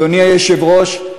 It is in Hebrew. אדוני היושב-ראש,